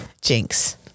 Jinx